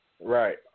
Right